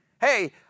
Hey